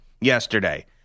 yesterday